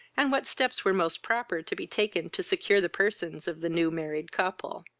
and what steps were most proper to be taken to secure the persons of the new-married couple.